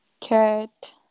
Cat